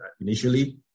initially